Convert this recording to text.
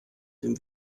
dem